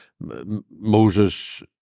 Moses